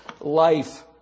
life